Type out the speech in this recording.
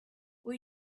were